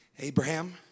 Abraham